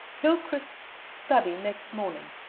hillcrist's study next morning.